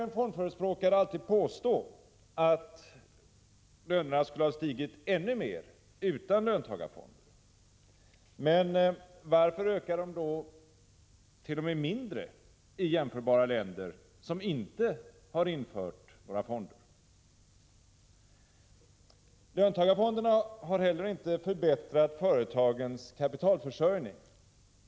En fondförespråkare kan naturligtvis alltid påstå att lönerna skulle ha stigit ännu mer utan löntagarfonder. Men varför ökar de då t.o.m. mindre i jämförbara länder, som inte har infört några fonder? Löntagarfonderna har inte heller förbättrat företagens kapitalförsörjning.